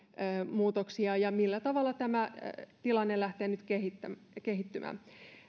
muutoksia ja millä tavalla tämä tilanne lähtee nyt kehittymään